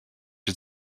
had